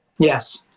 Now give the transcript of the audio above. Yes